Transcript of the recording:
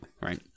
right